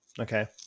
Okay